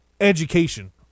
education